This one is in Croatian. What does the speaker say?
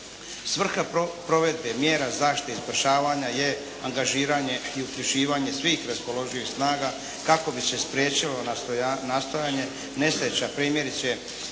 Svrha provedbe mjera zaštite i spašavanja je angažiranje i uključivanje svih raspoloživih snaga kako bi se spriječilo nastojanje nesreća primjerice